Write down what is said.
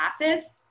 classes